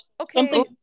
okay